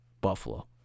Buffalo